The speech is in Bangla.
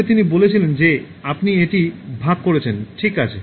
তবে তিনি বলেছিলেন যে আপনি এটি ভাগ করেছেন ঠিক আছে